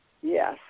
Yes